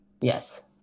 Yes